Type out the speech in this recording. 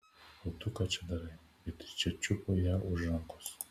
o tu ką čia darai beatričė čiupo ją už rankos